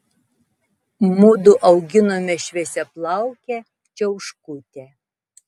mudu auginome šviesiaplaukę čiauškutę